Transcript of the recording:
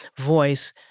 voice